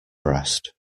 breast